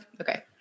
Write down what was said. okay